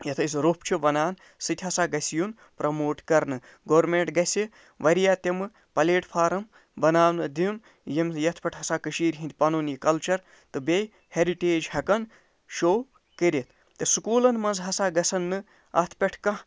یَتھ أسۍ روٚف چھِ وَنان سُہ تہِ ہسا گژھِ یُن پرٛموٹ کَرنہٕ گورمِنٛٹ گژھِ واریاہ تِمہٕ پَلیٹ فارَم بناونہٕ دیُن یِم یَتھ پٮ۪ٹھ ہسا کٔشیٖرِ ہٕنٛدۍ پَنُن یہِ کَلچَر تہٕ بیٚیہِ ہیرِٹیج ہٮ۪کَن شو کٔرِتھ تہٕ سکوٗلَن منٛز ہسا گژھَن نہٕ اَتھ پٮ۪ٹھ کانٛہہ